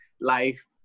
life